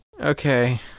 Okay